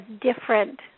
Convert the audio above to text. different